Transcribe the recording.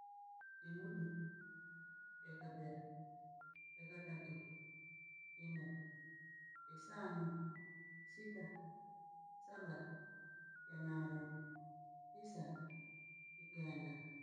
Imundu, ekabere, ekadatu, inne, esano, sita, saba, yanane, tisa, ikenda.